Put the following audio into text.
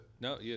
No